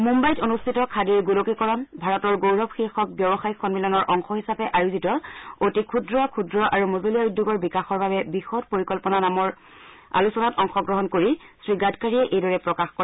মুম্বাইত অনুষ্ঠিত খাদীৰ গোলকীয়কৰণ ভাৰতৰ গৌৰৱ শীৰ্ষক ব্যৱসায়িক সন্মিলনৰ অংশ হিচাপে আয়োজিত অতি ক্ষুদ্ৰ ক্ষুদ্ৰ আৰু মজলীয়া উদ্যোগৰ বিকাশৰ বাবে বিশদ পৰিকল্পনা নামৰ আলোচনাত অংশগ্ৰহণ কৰি শ্ৰীগাডকাৰীয়ে এইদৰে প্ৰকাশ কৰে